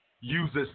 uses